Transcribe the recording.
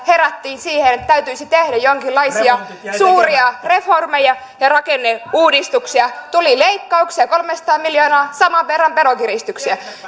herättiin siihen että täytyisi tehdä jonkinlaisia suuria reformeja ja rakenneuudistuksia tuli leikkauksia kolmesataa miljoonaa saman verran veronkiristyksiä